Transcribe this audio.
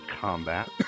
combat